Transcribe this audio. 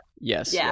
Yes